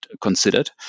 considered